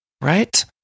right